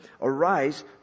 Arise